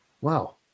Wow